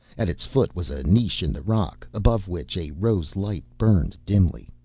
at its foot was a niche in the rock, above which a rose light burned dimly.